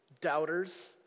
doubters